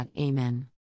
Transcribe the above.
Amen